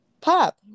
pop